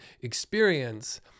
experience